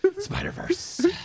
Spider-Verse